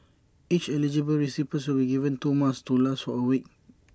each eligible recipient will be given two masks to last or A week